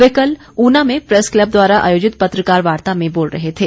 वे कल ऊना में press club द्वारा आयोजित पत्रकार वार्ता में बोल रहे थे